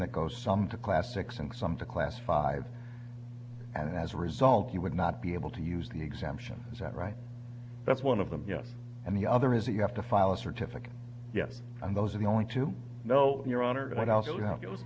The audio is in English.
that goes some to classics and some to class five and as a result you would not be able to use the exemption is that right that's one of them yes and the other is you have to file a certificate yes and those are the only two no your honor